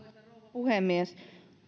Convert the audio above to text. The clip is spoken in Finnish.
puhemies